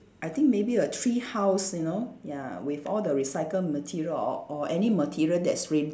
I think maybe a tree house you know ya with all the recycle material or or any material that's re~